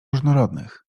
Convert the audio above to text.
różnorodnych